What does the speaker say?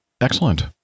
Excellent